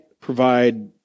provide